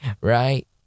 Right